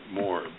more